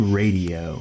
radio